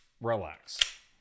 relax